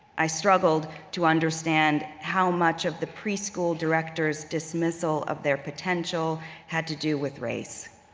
i struggled to understand how much of the preschool director's dismissal of their potential had to do with race.